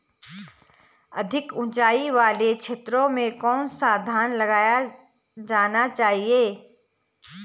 अधिक उँचाई वाले क्षेत्रों में कौन सा धान लगाया जाना चाहिए?